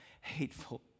hateful